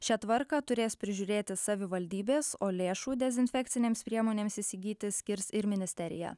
šią tvarką turės prižiūrėti savivaldybės o lėšų dezinfekcinėms priemonėms įsigyti skirs ir ministerija